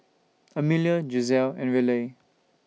Amelia Giselle and Raleigh